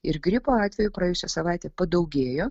ir gripo atvejų praėjusią savaitę padaugėjo